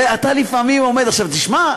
תשמע,